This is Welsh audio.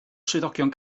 swyddogion